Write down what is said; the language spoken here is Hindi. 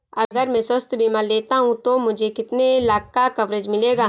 अगर मैं स्वास्थ्य बीमा लेता हूं तो मुझे कितने लाख का कवरेज मिलेगा?